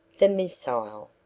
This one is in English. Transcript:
the missile.